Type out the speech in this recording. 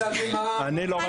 לא,